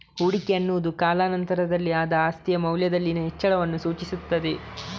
ಹೂಡಿಕೆ ಅನ್ನುದು ಕಾಲಾ ನಂತರದಲ್ಲಿ ಆದ ಆಸ್ತಿಯ ಮೌಲ್ಯದಲ್ಲಿನ ಹೆಚ್ಚಳವನ್ನ ಸೂಚಿಸ್ತದೆ